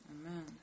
Amen